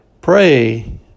Pray